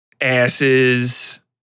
asses